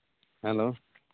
hello